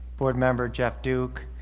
board member jeff duke,